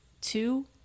two